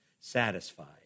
satisfied